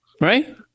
Right